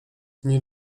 nie